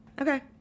Okay